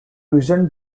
reasoned